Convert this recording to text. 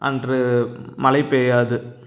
அன்று மழைப் பெய்யாது